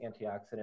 antioxidant